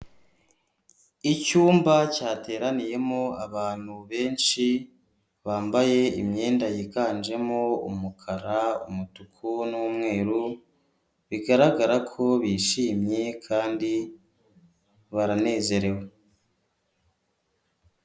Icyumba cyateraniyemo abantu benshi, bambaye imyenda yiganjemo umukara, umutuku, n'umweru, bigaragara ko bishimye kandi baranezerewe.